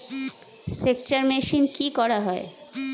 সেকচার মেশিন কি করা হয়?